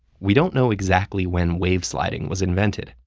we don't know exactly when wave sliding was invented,